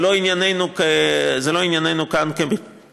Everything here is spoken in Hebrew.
זה לא ענייננו כאן כמדינה.